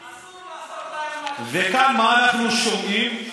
וכאן, מה אנחנו שומעים?